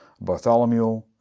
Bartholomew